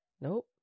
nope